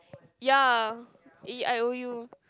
ya A_E_I_O_U